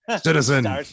citizen